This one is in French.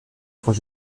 font